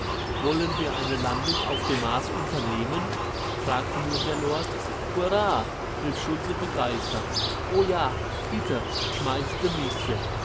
wollen wir eine landung auf dem mars unternehmen fragte nun der lord hurrah rief schultze begeistert o ja bitte